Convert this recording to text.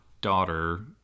daughter